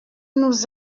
nous